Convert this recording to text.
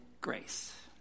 Grace